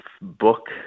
book